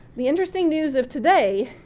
the interesting news of today,